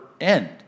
end